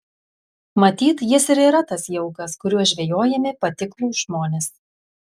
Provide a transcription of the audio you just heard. matyt jis ir yra tas jaukas kuriuo žvejojami patiklūs žmonės